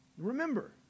Remember